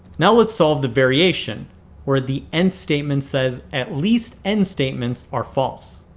now let's solve the variation where the nth statement says at least n statements are false.